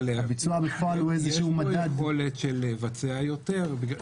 אבל יש פה יכולת של לבצע יותר.